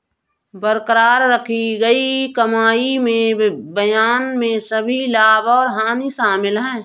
बरकरार रखी गई कमाई में बयान में सभी लाभ और हानि शामिल हैं